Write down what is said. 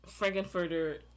Frankenfurter